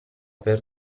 per